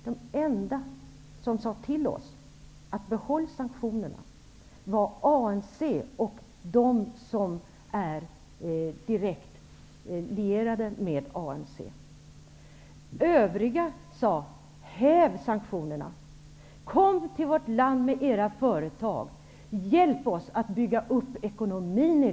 Men de enda som sade till oss som var där nere att behålla sanktionerna var ANC och de som är direkt lierade med ANC. Övriga sade: Häv sanktionerna! Låt era företag komma till vårt land! Hjälp oss att bygga upp landets ekonomi!